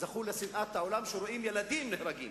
זכו לשנאת העולם, כשרואים ילדים נהרגים.